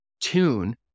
tune